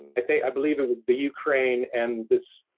i think, i believe it was the ukraine and this,